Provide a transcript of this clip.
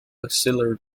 auxiliary